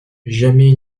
jamais